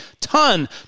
ton